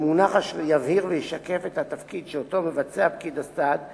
במונח אשר יבהיר וישקף את התפקיד שפקיד הסעד מבצע,